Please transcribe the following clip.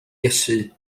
iesu